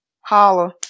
Holla